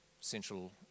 central